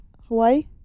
Hawaii